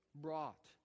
Brought